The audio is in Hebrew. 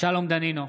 שלום דנינו,